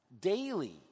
daily